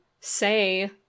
say